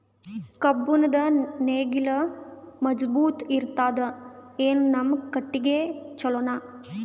ಕಬ್ಬುಣದ್ ನೇಗಿಲ್ ಮಜಬೂತ ಇರತದಾ, ಏನ ನಮ್ಮ ಕಟಗಿದೇ ಚಲೋನಾ?